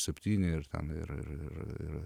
septyni ir ten ir ir